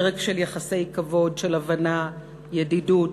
פרק של יחסי כבוד, של הבנה, ידידות".